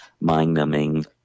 mind-numbing